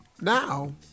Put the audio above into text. now